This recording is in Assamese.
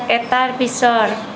এটাৰ পিছৰ